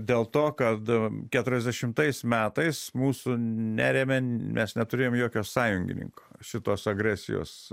dėl to kad keturiasdešimtais metais mūsų nerėmė nes neturėjom jokio sąjungininko šitos agresijos